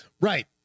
right